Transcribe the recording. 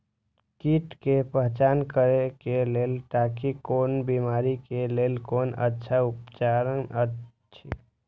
कीट के पहचान करे के लेल ताकि कोन बिमारी के लेल कोन अच्छा उपचार अछि?